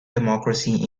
democracy